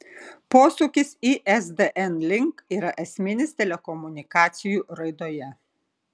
posūkis isdn link yra esminis telekomunikacijų raidoje